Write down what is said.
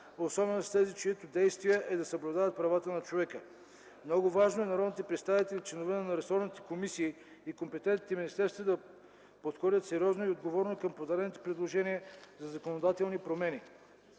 особено с тези, чиято дейност е да съблюдават правата на човека. Много важно е народните представители, членове на ресорните комисии и компетентните министерства да подходят сериозно и отговорно към подадените предложения за законодателни промени.”